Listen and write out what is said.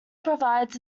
provides